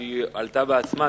שעלתה בעצמה,